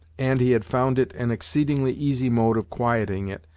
and he had found it an exceedingly easy mode of quieting it,